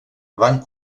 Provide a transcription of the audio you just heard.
van